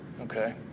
okay